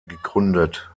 gegründet